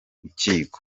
rukiko